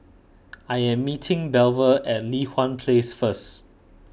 I am meeting Belva at Li Hwan Place first